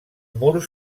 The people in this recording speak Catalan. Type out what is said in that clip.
murs